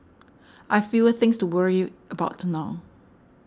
I've fewer things to worry about now